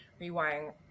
rewiring